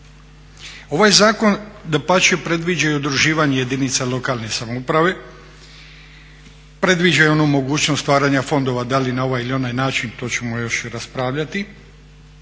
Ovaj zakon dapače predviđa i udruživanje jedinica lokalne samouprave, predviđa i onu mogućnost stvaranja fondova da li na ovaj ili onaj način to ćemo još raspravljati.